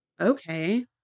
okay